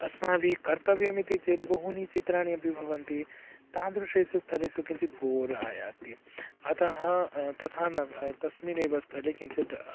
अस्माभिः कर्तव्यमिति चेद् बहूनि चित्राणि अपि भवन्ति तादृशेषु स्थलेषु किञ्चित् बोर् आयाति अतः तथा न तस्मिन्नेव स्थले किञ्चित्